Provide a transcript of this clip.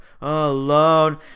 alone